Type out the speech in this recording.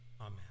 Amen